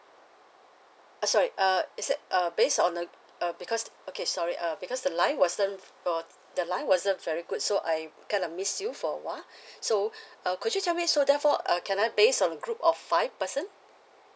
uh sorry uh is it uh based on a uh because okay sorry uh because the line wasn't your the line wasn't very good so I kind of missed you for a while so uh could you tell me so therefore uh can I base on group of five person